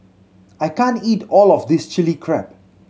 I can't eat all of this Chili Crab